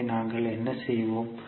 எனவே நாங்கள் என்ன செய்வோம்